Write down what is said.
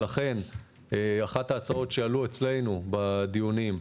לכן אחת ההצעות שעלו אצלנו בדיונים,